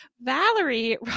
Valerie